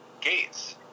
Gates